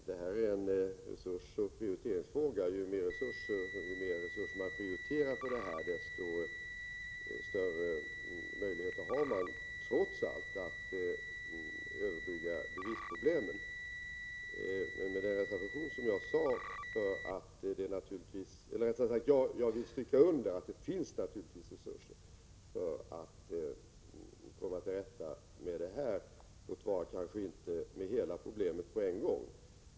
Herr talman! Jag vill säga till Inga Lantz att det här är en resursoch prioriteringsfråga. Ju mera resurser som prioriteras för detta, desto större möjligheter har man trots allt att överbrygga bevisproblemen. Jag vill understryka att det naturligtvis finns resurser för att komma till rätta med problemet, låt vara kanske inte med hela problemet på en gång.